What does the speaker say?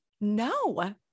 No